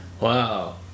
wow